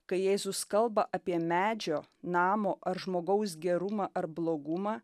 kai jėzus kalba apie medžio namo ar žmogaus gerumą ar blogumą